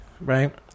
right